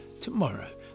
tomorrow